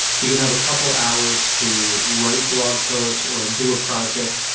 you can have a couple hours to write blog posts or do a project.